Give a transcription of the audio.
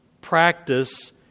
practice